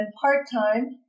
part-time